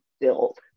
build